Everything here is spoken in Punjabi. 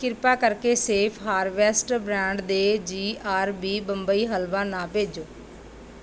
ਕਿਰਪਾ ਕਰਕੇ ਸੇਫ ਹਾਰਵੈਸਟ ਬ੍ਰਾਂਡ ਦੇ G R B Bombay Halwa ਨਾ ਭੇਜੋ